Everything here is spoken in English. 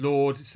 Lord